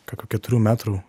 kokių keturių metrų